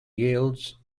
yields